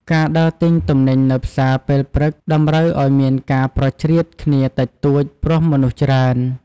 ការដើរទិញទំនិញនៅផ្សារពេលព្រឹកតម្រូវឱ្យមានការប្រជ្រៀតគ្នាតិចតួច ព្រោះមនុស្សច្រើន។